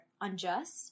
unjust